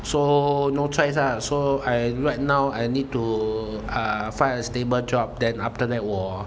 so no choice lah so I right now I need to uh find a stable job then after that 我